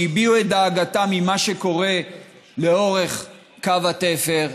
שהביעו את דאגתם ממה שקורה לאורך קו התפר,